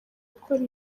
gukora